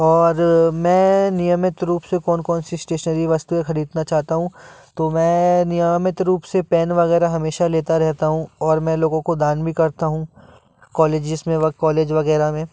और मैं नियमित रूप से कौन कौन से स्टेशनरी वस्तुएं खरीदना चाहता हूं तो मैं नियमित रूप से पेन वगैरह हमेशा लेता रहता हूं और मैं लोगों को दान भी करता हूं कॉलेजिस में कॉलेज वगैरह में